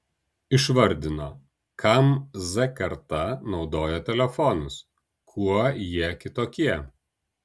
išvardino kam z karta naudoja telefonus kuo jie kitokie